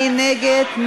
מי נגד?